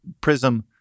Prism